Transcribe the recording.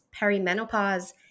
perimenopause